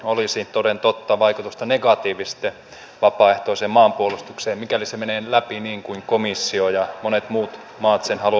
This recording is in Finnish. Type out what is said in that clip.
meillä on sitten vielä lisäksi nyt epäselvä tilanne josta tänään meidän paikallislehtikin soitti minulle ja kyseli onko minulla enempää tietoa